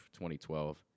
2012